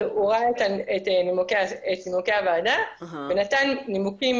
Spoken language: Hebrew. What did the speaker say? הוא ראה את נימוקי הוועדה ונתן נימוקים